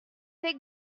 ces